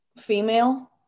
female